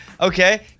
Okay